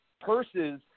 purses